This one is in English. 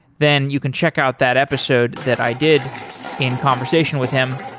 then you can check out that episode that i did in conversation with him.